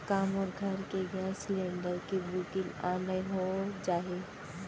का मोर घर के गैस सिलेंडर के बुकिंग ऑनलाइन हो जाही?